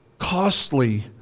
costly